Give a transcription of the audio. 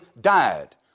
died